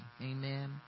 amen